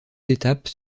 étapes